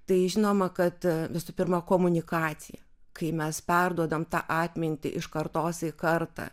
tai žinoma kad visų pirma komunikacija kai mes perduodam tą atmintį iš kartos į kartą